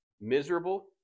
miserable